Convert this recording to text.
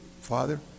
father